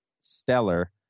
stellar